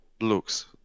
looks